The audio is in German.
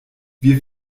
wir